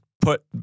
put